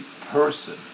person